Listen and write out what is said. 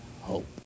hope